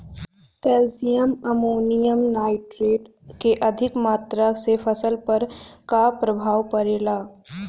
Calcium ammonium nitrate के अधिक मात्रा से फसल पर का प्रभाव परेला?